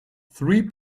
three